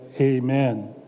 Amen